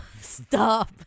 stop